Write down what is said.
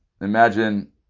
Imagine